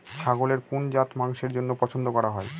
ছাগলের কোন জাত মাংসের জন্য পছন্দ করা হয়?